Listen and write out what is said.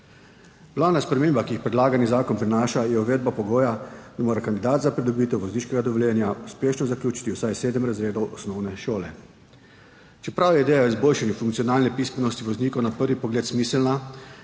Glavna sprememba, ki jo predlagani zakon prinaša, je uvedba pogoja, da mora kandidat za pridobitev vozniškega dovoljenja uspešno zaključiti vsaj sedem razredov osnovne šole. Čeprav je ideja o izboljšanju funkcionalne pismenosti voznikov na prvi pogled smiselna,